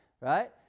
right